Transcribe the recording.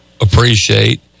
appreciate